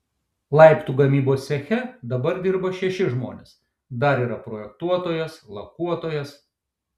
laiptų gamybos ceche dabar dirba šeši žmonės dar yra projektuotojas lakuotojas